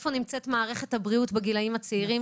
איפה נמצאת מערכת הבריאות בגילאים הצעירים?